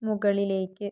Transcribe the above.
മുകളിലേക്ക്